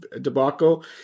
debacle